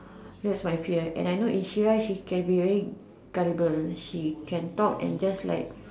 that's my fear and I know if she wants she can be very gullible she can talk and just like